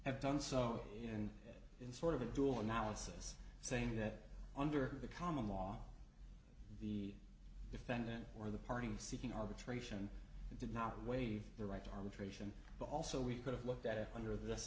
have done so in in sort of a dual analysis saying that under the common law the defendant or the party seeking arbitration did not waive their right to arbitration but also we could have looked at it under th